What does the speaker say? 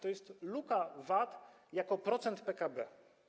To jest luka VAT jako procent PKB.